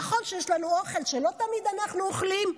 נכון שיש לנו אוכל שלא תמיד אנחנו אוכלים.